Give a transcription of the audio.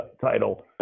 title